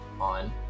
on